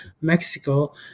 Mexico